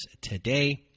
today